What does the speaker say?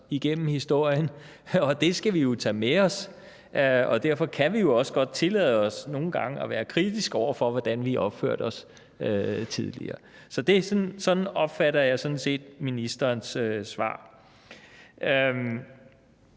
igennem historien, og det skal vi tage med os. Og derfor kan vi også godt tillade os nogle gange at være kritiske over for, hvordan vi har opført os tidligere. Så sådan opfatter jeg sådan set ministerens svar.